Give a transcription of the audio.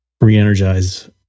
re-energize